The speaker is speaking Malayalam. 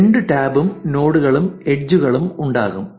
രണ്ട് ടാബും നോഡുകളും എഡ്ജ്കളും ഉണ്ടാകും